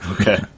Okay